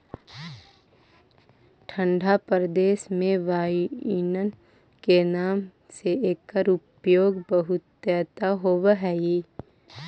ठण्ढा प्रदेश में वाइन के नाम से एकर उपयोग बहुतायत होवऽ हइ